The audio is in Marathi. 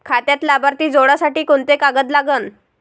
खात्यात लाभार्थी जोडासाठी कोंते कागद लागन?